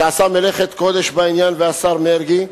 שעשה מלאכת קודש בעניין, לשר מרגי,